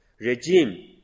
regime